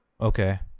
Okay